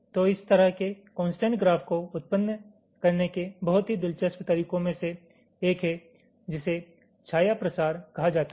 तो इस तरह के कोंसट्रेंट ग्राफ को उत्पन्न करने के बहुत ही दिलचस्प तरीकों में से एक है जिसे छाया प्रसार कहा जाता है